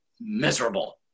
miserable